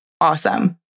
awesome